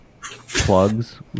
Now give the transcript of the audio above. plugs